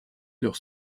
leur